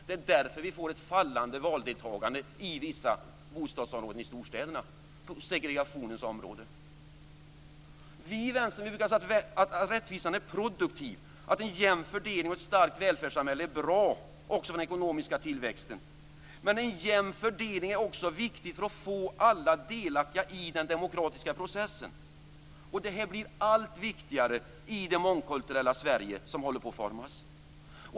Det är därför vi får ett fallande valdeltagande i vissa bostadsområden i storstäderna, segregationens områden. Vi i Vänstern brukar säga att rättvisan är produktiv, att en jämn fördelning och ett starkt välfärdssamhälle är bra också för den ekonomiska tillväxten. Men en jämn fördelning är också viktig för att få alla delaktiga i den demokratiska processen. Det här blir allt viktigare i det mångkulturella Sverige som håller på att formas.